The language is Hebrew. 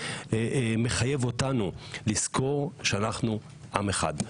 מחייב אותנו לזכור שאנחנו עם אחד.